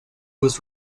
was